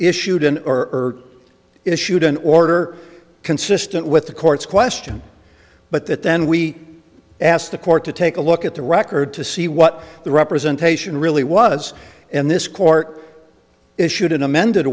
issued an or issued an order consistent with the court's question but that then we asked the court to take a look at the record to see what the representation really was and this court issued an amended